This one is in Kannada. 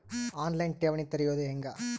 ಆನ್ ಲೈನ್ ಠೇವಣಿ ತೆರೆಯೋದು ಹೆಂಗ?